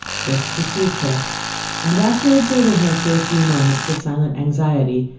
first perceived her and after observing her for a few moments with silent anxiety,